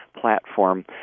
platform